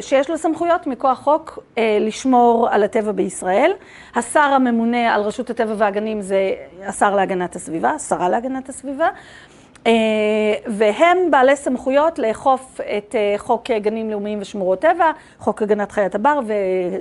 שיש לו סמכויות מכוח חוק לשמור על הטבע בישראל. השר הממונה על רשות הטבע והגנים זה השר להגנת הסביבה, שרה להגנת הסביבה. והם בעלי סמכויות לאכוף את חוק גנים לאומיים ושמורות טבע, חוק הגנת חיית הבר